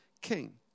king